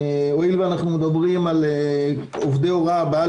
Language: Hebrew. הואיל ואנחנו מדברים על 40,000 עובדי הוראה בבתי ספר